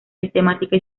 sistemática